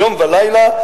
יום ולילה,